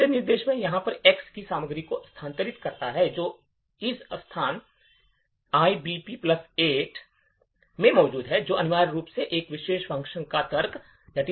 तीसरा निर्देश यह यहाँ एक्स की सामग्री को स्थानांतरित करता है जो इस स्थान ईबीपी प्लस 8 में मौजूद है जो अनिवार्य रूप से इस विशेष फ़ंक्शन का तर्क है